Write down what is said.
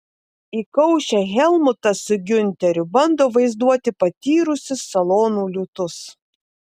įkaušę helmutas su giunteriu bando vaizduoti patyrusius salonų liūtus